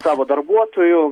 savo darbuotoju